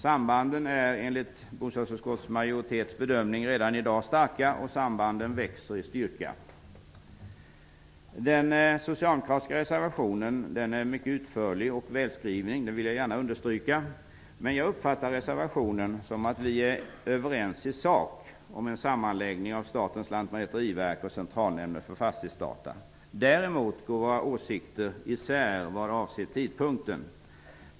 Sambanden är enligt bostadsutskottets majoritets bedömning redan i dag starka och de växer i styrka. Den socialdemokratiska reservationen är mycket utförlig och välskriven. Det vill jag gärna understryka. Men jag uppfattar reservationen som att vi är överens i sak om en sammanläggning av Statens lantmäteriverk och Centralnämnden för fastighetsdata. Däremot går våra åsikter isär vad avser tidpunkten.